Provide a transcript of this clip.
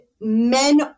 men